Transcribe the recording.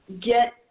get